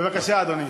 בבקשה, אדוני.